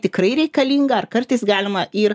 tikrai reikalinga ar kartais galima ir